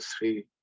three